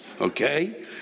okay